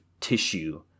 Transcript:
tissue